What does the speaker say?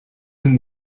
him